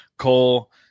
cole